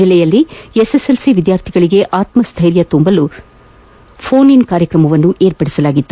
ಜಿಲ್ಲೆಯಲ್ಲಿ ಎಸ್ಎಸ್ಎಲ್ಸಿ ವಿದ್ಯಾರ್ಥಿಗಳಿಗೆ ಆತ್ರಸ್ಟೈರ್ಯ ತುಂಬ ಉದ್ದೇಶದಿಂದ ಫೋನ್ ಇನ್ ಕಾರ್ಯಕ್ರಮ ಏರ್ಪಡಿಸಲಾಗಿತ್ತು